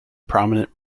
prominent